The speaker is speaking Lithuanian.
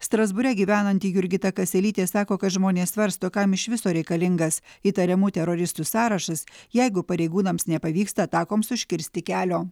strasbūre gyvenanti jurgita kaselytė sako kad žmonės svarsto kam iš viso reikalingas įtariamų teroristų sąrašas jeigu pareigūnams nepavyksta atakoms užkirsti kelio